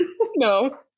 No